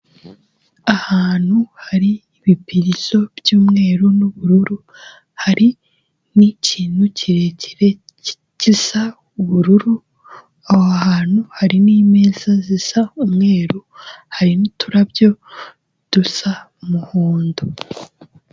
Ahantu hari ibipirizo by'umweru n'ubururu, hari n'ikintu kirekire gisa ubururu, aho hantu hari n'imeza zisa umweru hari n'uturabyo dusa umuhondo.